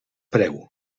preu